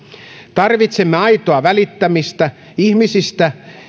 tarvitsemme aitoa välittämistä ihmisistä